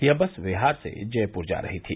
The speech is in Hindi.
यह बस बिहार से जयपुर जा रही थी